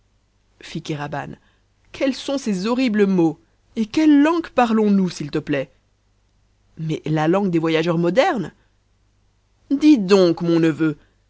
quels sont ces horribles mots et quelle langue parlons-nous s'il te plait mais la langue des voyageurs modernes dis donc mon neveu